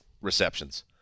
receptions